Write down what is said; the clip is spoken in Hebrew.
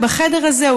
בחדר הזה,